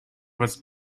was